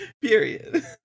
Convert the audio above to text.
period